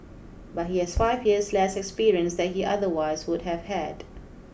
but he has five years less experience that he otherwise would have had